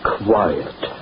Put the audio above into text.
quiet